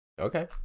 Okay